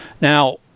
Now